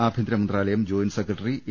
ആഭ്യന്തരമന്ത്രാലയം joint secretary A